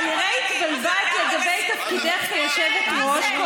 כנראה התבלבלת לגבי תפקידך כיושבת-ראש,